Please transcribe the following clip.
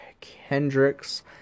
Kendricks